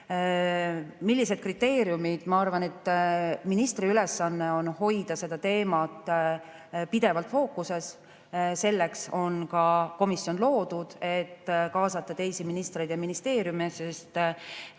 Millised kriteeriumid? Ma arvan, et ministri ülesanne on hoida seda teemat pidevalt fookuses. Selleks on ka komisjon loodud, et kaasata teisi ministreid ja ministeeriume. Kui me